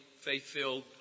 faith-filled